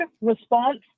response